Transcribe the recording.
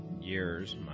years